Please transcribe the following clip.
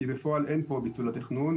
כי בפועל אין פה ביטול התכנון,